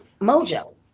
Mojo